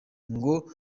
ngo